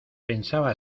pensaba